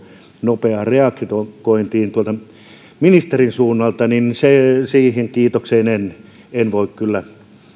nopeaan reagointiin tuolta ministerin suunnalta siihen kiitokseen en en voi kyllä